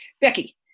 Becky